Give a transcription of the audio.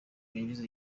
winjiza